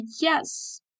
yes